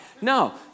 No